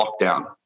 lockdown